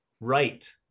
right